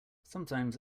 sometimes